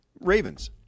Ravens